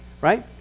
right